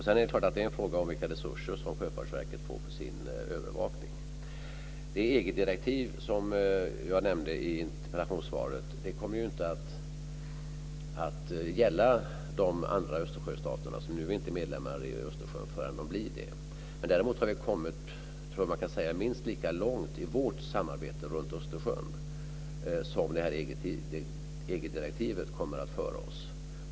Sedan är det klart att det är en fråga om de resurser som Sjöfartsverket får för sin övervakning. Det EG-direktiv jag nämnde i interpellationssvaret kommer ju inte att gälla för de Östersjöstater som ännu inte är medlemmar förrän de blir det. Däremot har vi kommit minst lika långt i vårt samarbete kring Östersjön som EG-direktivet kommer att föra oss.